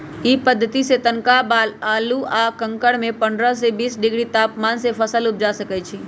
इ पद्धतिसे तनका बालू आ कंकरमें पंडह से बीस डिग्री तापमान में फसल उपजा सकइछि